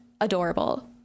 adorable